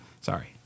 Sorry